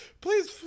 please